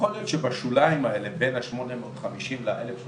יכול להיות שבשוליים בין השמונה מאות חמישים לאלף שלוש